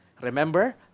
Remember